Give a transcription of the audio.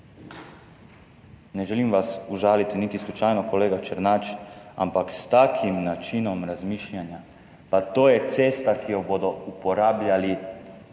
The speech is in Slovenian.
Ne želim vas užaliti, niti slučajno, kolega Černač, ampak s takim načinom razmišljanja – pa to je cesta, ki jo bodo uporabljali